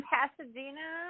Pasadena